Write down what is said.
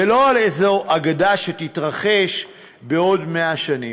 ולא על איזו אגדה שתתרחש בעוד 100 שנים.